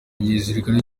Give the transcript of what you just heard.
igisirikare